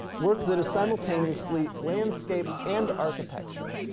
work that is simultaneously landscape and architecture,